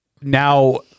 now